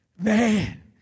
Man